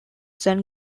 san